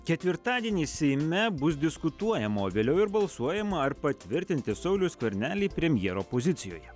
ketvirtadienį seime bus diskutuojama o vėliau ir balsuojama ar patvirtinti saulių skvernelį premjero pozicijoje